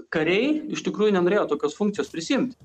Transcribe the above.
kariai iš tikrųjų nenorėjo tokios funkcijos prisiimt